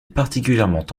particulièrement